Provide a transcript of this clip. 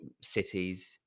cities